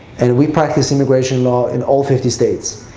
and we practice immigration law in all fifty states.